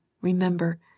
remember